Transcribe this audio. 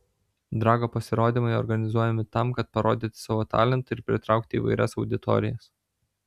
drago pasirodymai organizuojami tam kad parodyti savo talentą ir pritraukti įvairias auditorijas